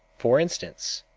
for instance,